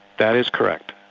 that is correct.